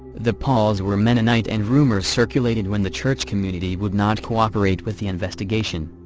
the pauls were mennonite and rumours circulated when the church community would not cooperate with the investigation.